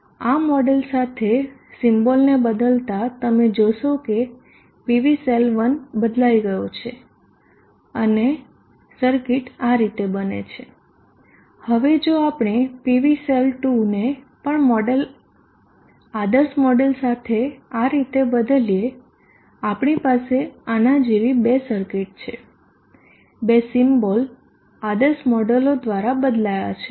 આ મોડેલ સાથે સીમ્બોલને બદલતા તમે જોશો કે PV સેલ 1 બદલાઈ ગયો છે અને સર્કિટ આ રીતે બને છે હવે જો આપણે PV સેલ 2 ને પણ મોડેલ આદર્શ મોડેલ સાથે આ રીતે બદલીએ આપણી પાસે આના જેવી બે સર્કિટ છે બંને સીમ્બોલ આદર્શ મોડેલો દ્વારા બદલાયા છે